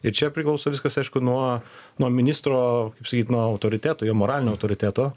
ir čia priklauso viskas aišku nuo nuo ministro kaip sakyt nuo autoriteto jo moralinio autoriteto